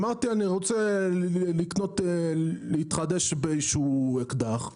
אמרתי שאני רוצה להתחדש באיזשהו אקדח,